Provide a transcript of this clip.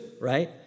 right